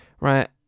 right